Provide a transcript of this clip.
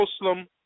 Muslim